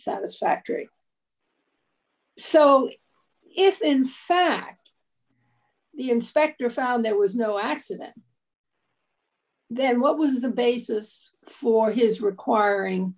satisfactory so if in fact the inspector found there was no accident then what was the basis for his requiring